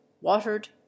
watered